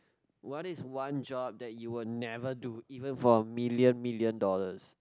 what is one job that you will never do even for a million million dollars